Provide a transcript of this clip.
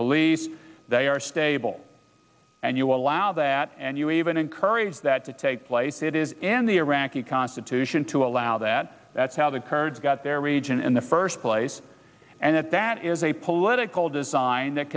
police they are stable and you allow that and you even encourage that to take place it is in the iraqi constitution to allow that that's how the kurds got their region in the first place and if that is a political design that